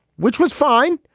which was fine,